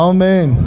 Amen